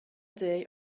day